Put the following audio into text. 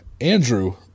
Andrew